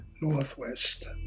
Northwest